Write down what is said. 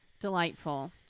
delightful